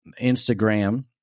Instagram